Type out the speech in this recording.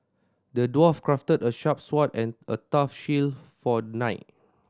the dwarf crafted a sharp sword and a tough shield for the knight